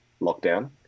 lockdown